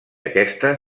aquesta